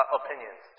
opinions